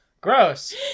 Gross